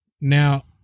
Now